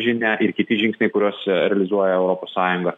žinią ir kiti žingsniai kuriuos realizuoja europos sąjunga